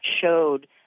showed